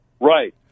Right